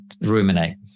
ruminate